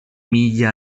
miglia